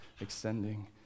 extending